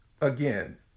again